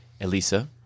Elisa